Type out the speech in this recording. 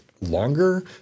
longer